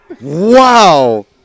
Wow